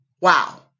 wow